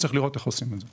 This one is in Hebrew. צריך לראות איך עושים את זה.